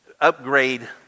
upgrade